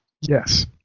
Yes